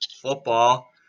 football